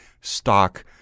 stock